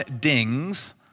dings